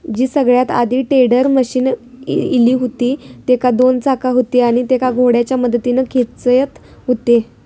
जी सगळ्यात आधी टेडर मशीन इली हुती तेका दोन चाका हुती आणि तेका घोड्याच्या मदतीन खेचत हुते